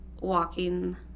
walking